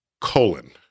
colon